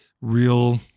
real